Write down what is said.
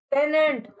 Tenant